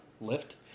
lift